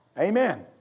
Amen